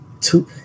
two